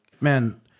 man